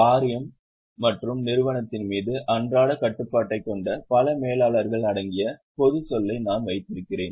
வாரியம் மற்றும் நிறுவனத்தின் மீது அன்றாட கட்டுப்பாட்டைக் கொண்ட பல மேலாளர்கள் அடங்கிய பொதுச் சொல்லை நான் வைத்திருக்கிறேன்